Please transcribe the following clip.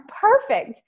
perfect